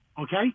okay